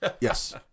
Yes